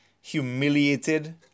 humiliated